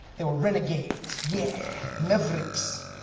they where renegades, yeah! mavericks.